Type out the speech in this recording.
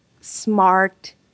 smart